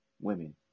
women